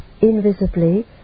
invisibly